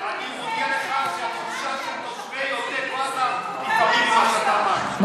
אני מודיע לך שהתחושה של תושבי עוטף עזה היא בדיוק מה שאמרת.